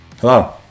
Hello